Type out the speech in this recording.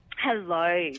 hello